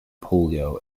polio